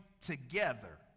together